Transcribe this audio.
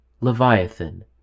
Leviathan